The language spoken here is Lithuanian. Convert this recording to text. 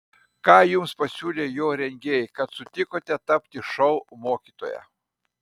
ką jums pasiūlė jo rengėjai kad sutikote tapti šou mokytoja